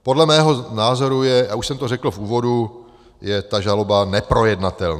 Podle mého názoru, a už jsem to řekl v úvodu, je ta žaloba neprojednatelná.